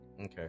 Okay